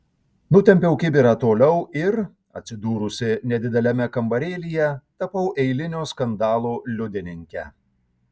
nutempiau kibirą toliau ir atsidūrusi nedideliame kambarėlyje tapau eilinio skandalo liudininke